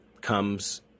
comes